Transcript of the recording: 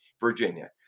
Virginia